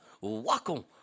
welcome